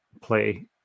play